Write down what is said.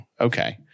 Okay